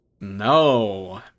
No